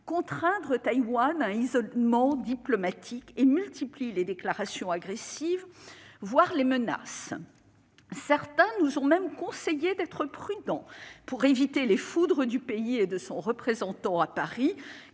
contraindre Taïwan à un isolement diplomatique et multiplie les déclarations agressives, voire les menaces. Certains nous ont même conseillé d'être prudents pour éviter les foudres du pays et de son représentant à Paris,